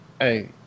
hey